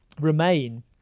remain